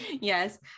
Yes